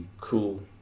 cool